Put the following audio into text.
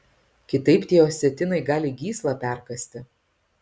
kitaip tie osetinai gali gyslą perkąsti